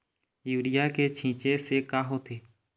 Urea के छींचे से का होथे?